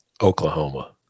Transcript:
Oklahoma